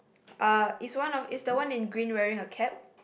uh is one of is the one in green wearing a cap